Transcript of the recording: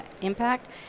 impact